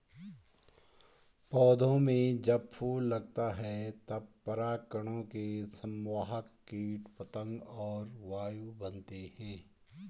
पौधों में जब फूल लगता है तब परागकणों के संवाहक कीट पतंग और वायु बनते हैं